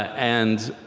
and